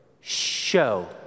Show